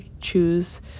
choose